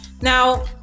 Now